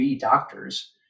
doctors